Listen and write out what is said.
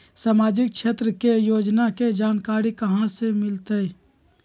सामाजिक क्षेत्र के योजना के जानकारी कहाँ से मिलतै?